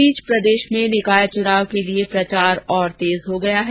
इस बीच प्रदेश में निकाय चुनाव के लिए प्रचार और तेज हो गया है